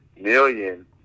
million